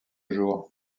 jour